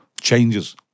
changes